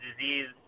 disease